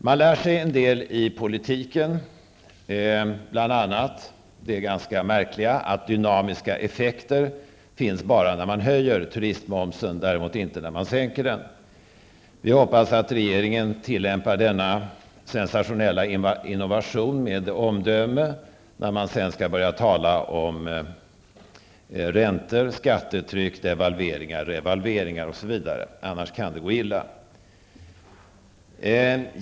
Man lär sig en hel del i politiken, bl.a. det ganska märkliga att dynamiska effekter bara finns när man höjer turistmomsen, däremot inte när man sänker den. Vi hoppas att regeringen tillämpar denna sensationella innovation med omdöme, när man sedan skall börja tala om räntor, skattetryck, devalveringar. revalveringar osv., för annars kan det gå illa.